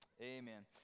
amen